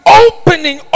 opening